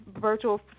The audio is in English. virtual